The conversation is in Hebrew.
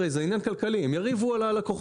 זה הרי עניין כלכלי והן יריבו על הלקוחות.